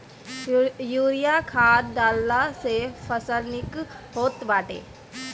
urea खाद डालला से फसल निक होत बाटे